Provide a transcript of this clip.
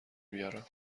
بیارم